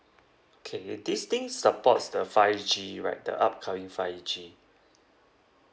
okay these things supports the five G right the upcoming five G